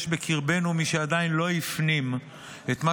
יש בקרבנו מי שעדיין לא הפנים את מה